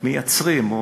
מייצרים,